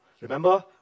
remember